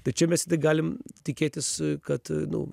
tai čia mes galim tikėtis kad nu